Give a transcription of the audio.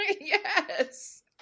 Yes